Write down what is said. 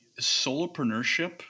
solopreneurship